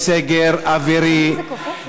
יש סגר אווירי,